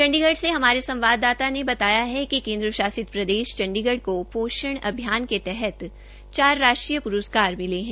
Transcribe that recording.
चंडीगढ़ से हमारे संवाददाता ने बताया कि केन्द्र शासित प्रदेश चंडीगढ़ को पोषण अभियान के तहत चार राष्ट्रीय प्रस्कार मिले है